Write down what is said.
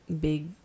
big